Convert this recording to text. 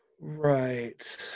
Right